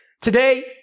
today